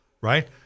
right